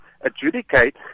adjudicate